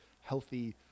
healthy